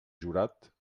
jurat